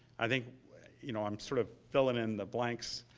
i mean you know i'm sort of filling in the blanks.